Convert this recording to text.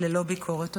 ללא ביקורת.